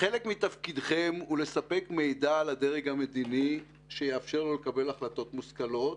חלק מתפקידכם הוא לספק מידע לדרג המדיני שיאפשר לו לקבל החלטות מושכלות